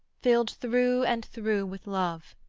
filled through and through with love,